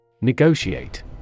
Negotiate